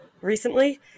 recently